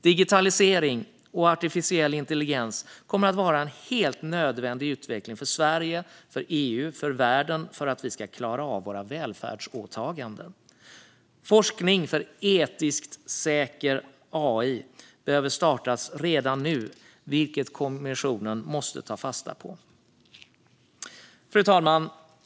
Digitalisering och artificiell intelligens kommer att vara en helt nödvändig utveckling för Sverige, EU och världen för att vi ska klara av våra välfärds-åtaganden. Forskning för etiskt säker AI behöver startas redan nu, vilket kommissionen måste ta fasta på. Fru talman!